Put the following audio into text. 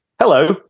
Hello